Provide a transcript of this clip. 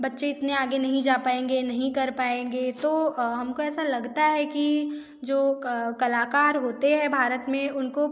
बच्चे इतने आगे नहीं जा पाएँगे नहीं कर पाएँगे तो हम को ऐसा लगता है कि जो कलाकार होते हैं भारत में उनको